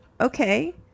okay